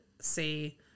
say